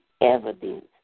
evidence